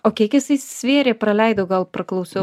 o kiek jisai svėrė praleidau gal praklausiau